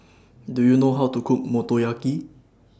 Do YOU know How to Cook Motoyaki